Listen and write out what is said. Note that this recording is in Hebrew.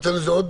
לוועדה.